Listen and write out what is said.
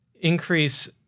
increase